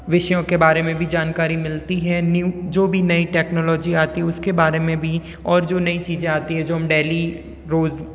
विषयों के बारे में भी जानकारी मिलती है न्यू जो भी नई टेक्नोलॉजी आती है उसके बारे में भी और जो नई चीज़ें आती हैं जो हम डेली रोज़